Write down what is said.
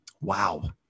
Wow